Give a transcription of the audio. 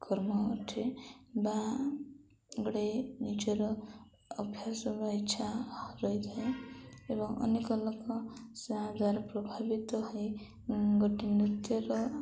କର୍ମ ଅଟେ ବା ଗୋଟେ ନିଜର ଅଭ୍ୟାସ ବା ଇଚ୍ଛା ରହିଥାଏ ଏବଂ ଅନେକ ଲୋକ ଏହାଦ୍ଵାରା ପ୍ରଭାବିତ ହୋଇ ଗୋଟେ ନୃତ୍ୟର